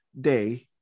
day